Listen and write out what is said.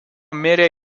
mirė